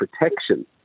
protection